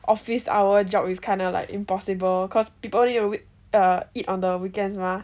office hour job is kind of like impossible cause people want to err eat on the weekends mah